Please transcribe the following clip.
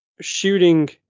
shooting